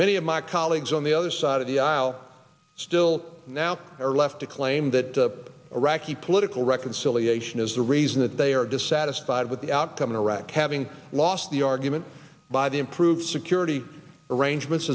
many of my colleagues on the other side of the aisle still now are left to claim that the iraqi political reconciliation is the reason that they are dissatisfied with the outcome in iraq having lost the argument by the improved security arrangements